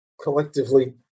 collectively